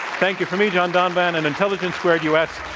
thank you for me, john donvan, and intelligence squared u. s.